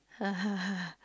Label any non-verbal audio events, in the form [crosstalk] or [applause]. [laughs]